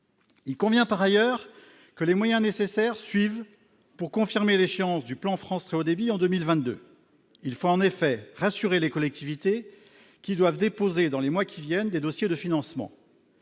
il convient par ailleurs que les moyens nécessaires suivent pour confirmer l'échéance du plan France très haut débit en 2022, il faut en effet rassurer les collectivités qui doivent déposer dans les mois qui viennent, des dossiers de financement